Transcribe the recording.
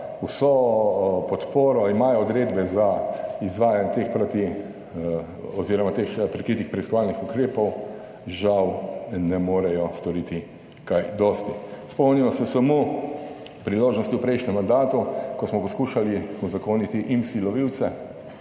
vso podporo, imajo odredbe za izvajanje teh proti oziroma teh prikritih preiskovalnih ukrepov žal ne morejo storiti kaj dosti. Spomnimo se samo priložnosti v prejšnjem mandatu, ko smo poskušali uzakoniti IMSI lovilce,